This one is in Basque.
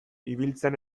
ibiltzen